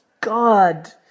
God